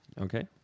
Okay